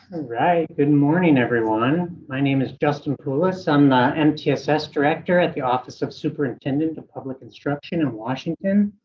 alright, good morning everyone. my name is justin poulos i'm the mtss director at the office of superintendent of public instruction in washington.